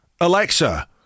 Alexa